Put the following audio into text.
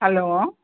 hello